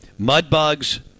Mudbugs